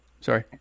Sorry